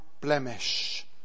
blemish